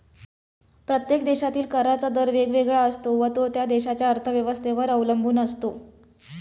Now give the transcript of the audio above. प्रत्येक देशातील कराचा दर वेगवेगळा असतो व तो त्या देशाच्या अर्थव्यवस्थेवर अवलंबून असतो